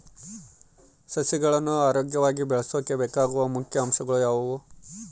ಸಸಿಗಳನ್ನು ಆರೋಗ್ಯವಾಗಿ ಬೆಳಸೊಕೆ ಬೇಕಾಗುವ ಮುಖ್ಯ ಅಂಶಗಳು ಯಾವವು?